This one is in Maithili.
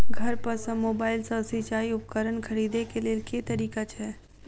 घर पर सऽ मोबाइल सऽ सिचाई उपकरण खरीदे केँ लेल केँ तरीका छैय?